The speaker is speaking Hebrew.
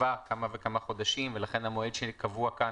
התעכבה כמה וכמה חודשים ולכן המועד שקבוע כאן,